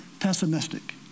pessimistic